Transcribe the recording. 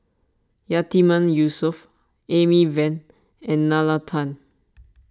Yatiman Yusof Amy Van and Nalla Tan